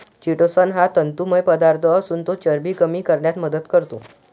chitosan हा तंतुमय पदार्थ असून तो चरबी कमी करण्यास मदत करतो